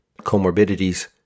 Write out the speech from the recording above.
comorbidities